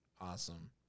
awesome